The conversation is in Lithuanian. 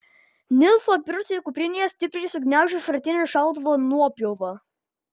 nilso pirštai kuprinėje stipriai sugniaužia šratinio šautuvo nuopjovą